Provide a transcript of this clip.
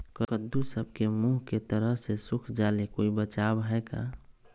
कददु सब के मुँह के तरह से सुख जाले कोई बचाव है का?